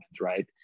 right